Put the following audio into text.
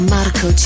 Marco